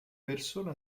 persona